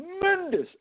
tremendous